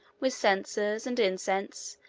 with censers, and incense,